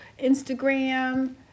Instagram